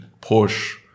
push –